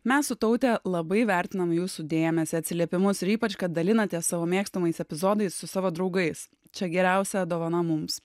mes su taute labai vertinam jūsų dėmesį atsiliepimus ir ypač kad dalinatės savo mėgstamais epizodais su savo draugais čia geriausia dovana mums